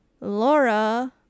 Laura